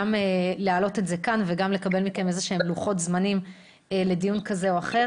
וםג להעלות את זה כאן ולקבל מכם לוחות זמנים לדיון כזה או אחר.